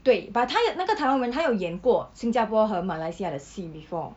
对 but 他有那个台湾人他有演过新加坡和马来西亚的戏 before